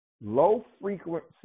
low-frequency